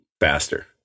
faster